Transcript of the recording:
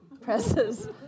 presses